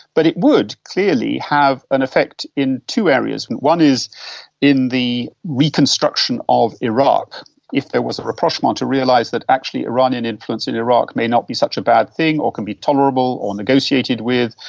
but it would clearly have an effect in two areas. one is in the reconstruction of iraq if there was a rapprochement to realise that actually iranian influence in iraq may not be such a bad thing or can be tolerable or negotiated with,